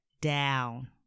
down